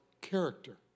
character